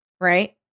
right